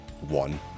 one